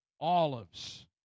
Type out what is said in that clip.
olives